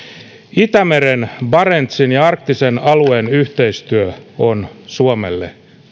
itämeren barentsin ja arktisen alueen yhteistyö on suomelle